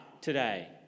today